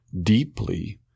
deeply